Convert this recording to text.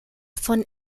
von